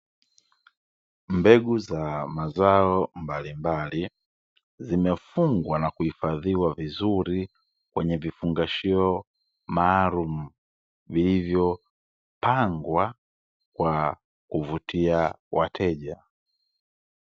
Mbegu za mazao mbalimbali, zimefungwa na kuhifadhiwa vizuri kwenye vifungashio maalumu. Vilivyo pangwa kwa kuvutia wateja.